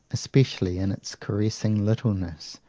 especially in its caressing littleness,